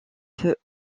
peut